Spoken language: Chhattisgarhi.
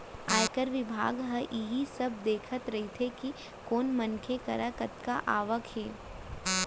आयकर बिभाग ह इही सब देखत रइथे कि कोन मनसे करा कतका आवक हे